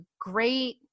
great